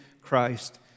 Christ